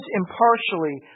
impartially